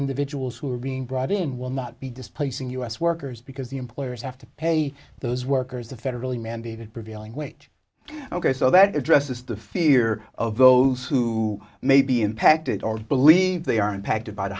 individuals who are being brought in will not be displacing u s workers because the employers have to pay those workers a federally mandated prevailing wage ok so that addresses the fear of those who may be impacted or believe they are impacted by the